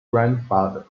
grandfather